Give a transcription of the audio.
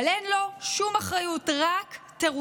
אבל אין לו שום אחריות, רק תירוצים.